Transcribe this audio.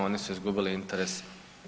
Oni su izgubili interes.